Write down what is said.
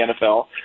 NFL